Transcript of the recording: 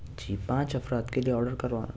جی پانچ افراد کے لیے آڈر کروانا تھا